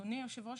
אדוני היושב-ראש,